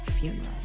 funeral